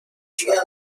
شاهد